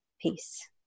peace